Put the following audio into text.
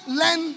learn